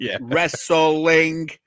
wrestling